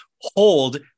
hold